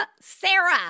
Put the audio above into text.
Sarah